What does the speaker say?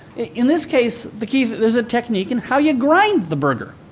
in this case, the key is a technique in how you grind the burger.